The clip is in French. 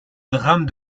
drame